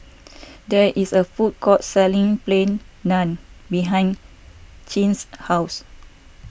there is a food court selling Plain Naan behind Clint's house